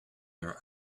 her